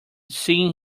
seeing